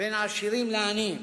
בין עשירים לעניים,